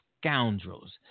scoundrels